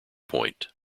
point